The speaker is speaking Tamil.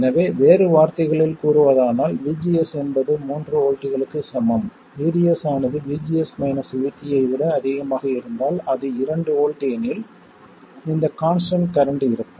எனவே வேறு வார்த்தைகளில் கூறுவதானால் VGS என்பது 3 வோல்ட்டுகளுக்கு சமம் VDS ஆனது VGS மைனஸ் VT ஐ விட அதிகமாக இருந்தால் அது 2 வோல்ட் எனில் இந்த கான்ஸ்டன்ட் கரண்ட் இருக்கும்